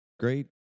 Great